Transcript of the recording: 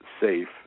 safe